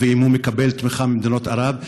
ואם הוא מקבל תמיכה ממדינות ערב,